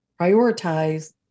prioritize